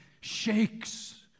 shakes